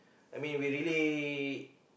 I mean we're really